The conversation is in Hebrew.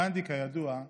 גנדי, כידוע,